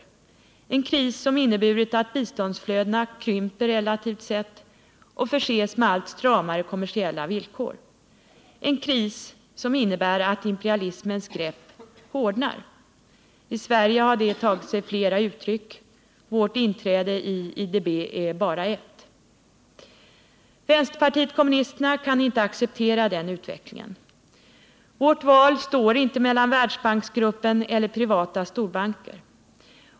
Det är en kris som har inneburit att biståndsflödena krympt relativt sett och drabbats av allt stramare kommersiella villkor, en kris som innebär att imperialismens grepp hårdnar. I Sverige har detta tagit sig flera uttryck. Vårt inträde i IDB är bara ett. Vänsterpartiet kommunisterna kan inte acceptera denna utveckling. Vårt val står inte mellan Världsbanksgruppen eller privata storbanker.